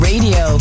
Radio